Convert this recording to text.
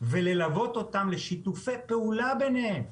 וללוות אותם לשיתופי פעולה ביניהן,